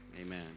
amen